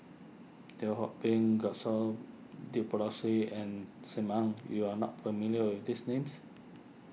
Teo Ho Pin Gaston and Sim Ann you are not familiar with these names